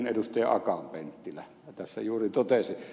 akaan penttilä tässä juuri totesi